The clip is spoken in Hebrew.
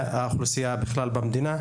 מהאוכלוסייה בכלל במדינה,